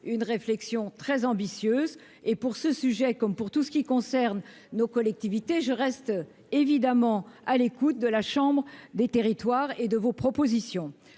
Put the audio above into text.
une réflexion très ambitieuse et pour ce sujet, comme pour tout ce qui concerne nos collectivités je reste évidemment à l'écoute de la chambre des territoires et de vos propositions,